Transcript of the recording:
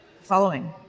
following